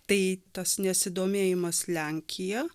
tai tas nesidomėjimas lenkija